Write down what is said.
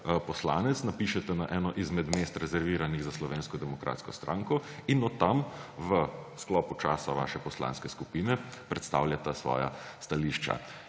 poslanec napišete na eno izmed mest, rezerviranih za Slovensko demokratsko stranko, in od tam v sklopu časa vaše poslanske skupine predstavljate svoja stališča.